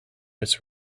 its